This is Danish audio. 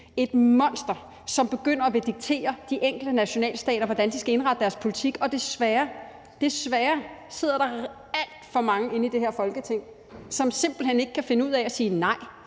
et monster – som begynder at ville diktere de enkelte nationalstater, hvordan de skal indrette deres politik. Og desværre – desværre – sidder der alt for mange herinde i det her Folketing, som simpelt hen ikke kan finde ud af at sige nej,